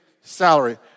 salary